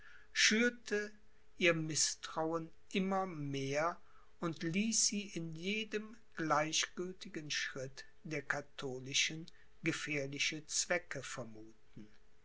schürte ihr mißtrauen immer mehr und ließ sie in jedem gleichgültigen schritt der katholischen gefährliche zwecke vermuthen